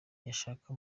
yashaka